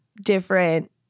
different